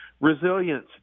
Resilience